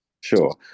Sure